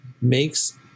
makes